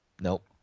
nope